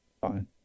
Fine